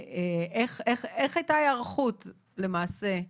איך הייתה היערכות למעשה?